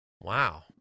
wow